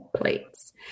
plates